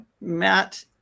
Matt